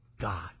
God